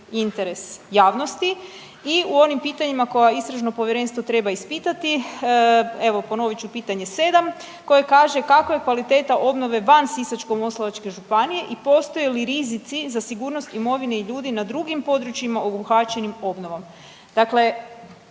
interes javnosti i po onim pitanjima koja istražno povjerenstvo treba ispitati, evo ponovit ću pitanje 7 koje kaže kakva je kvaliteta obnove van Sisačko-moslavačke županije i postoje li rizici za sigurnost imovine i ljudi na drugim područjima obuhvaćenim obnovom? Dakle,